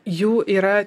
jų yra